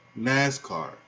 NASCAR